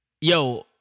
Yo